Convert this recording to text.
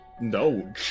No